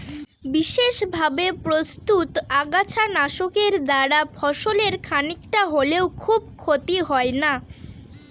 বিশেষভাবে প্রস্তুত আগাছা নাশকের দ্বারা ফসলের খানিকটা হলেও খুব ক্ষতি হয় না